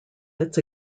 its